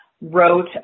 wrote